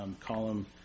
column